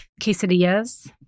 Quesadillas